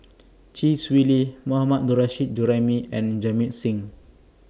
Chee Swee Lee Mohammad Nurrasyid Juraimi and Jamit Singh